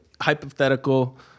hypothetical